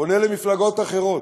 פונה למפלגות אחרות: